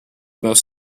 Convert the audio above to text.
most